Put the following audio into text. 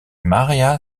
maría